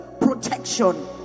protection